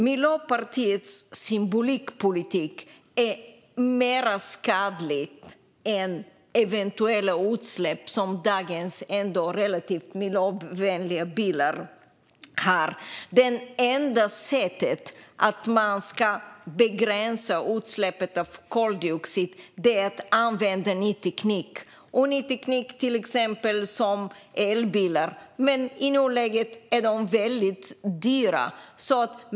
Miljöpartiets symbolpolitik är mer skadlig än eventuella utsläpp från dagens ändå relativt miljövänliga bilar. Det enda sättet att begränsa utsläppen av koldioxid är att använda ny teknik, till exempel elbilar. Men i nuläget är de väldigt dyra.